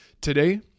Today